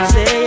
Say